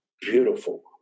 beautiful